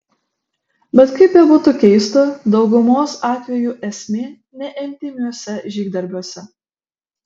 bet kaip bebūtų keista daugumos atvejų esmė ne intymiuose žygdarbiuose